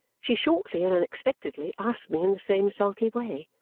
she shortly and unexpectedly asked me in the same sulky way.